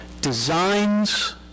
designs